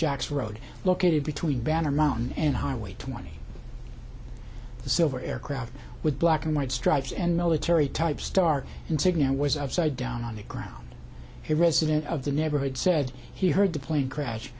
jacks road located between bannerman and highway twenty the silver aircraft with black and white stripes and military type star insignia was upside down on the ground a resident of the neighborhood said he heard the plane crash